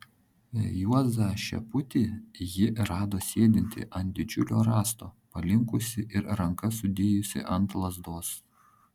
juozą šeputį ji rado sėdintį ant didžiulio rąsto palinkusį ir rankas sudėjusį ant lazdos